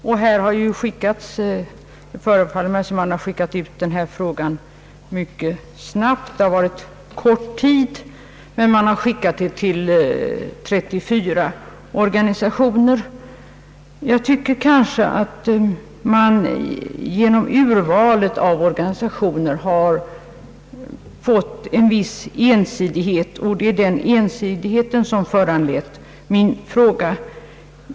Det förefaller mig dock som om förslaget har skickats ut med mycket kort remisstid. Förslaget har remitterats till 34 organisationer. Jag tycker nog att man genom urvalet av organisationer har fått en viss ensidighet. Det är denna ensidighet som har föranlett min fråga.